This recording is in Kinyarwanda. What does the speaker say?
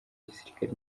gisirikare